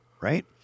right